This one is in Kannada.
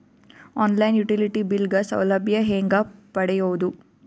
ಆನ್ ಲೈನ್ ಯುಟಿಲಿಟಿ ಬಿಲ್ ಗ ಸೌಲಭ್ಯ ಹೇಂಗ ಪಡೆಯೋದು?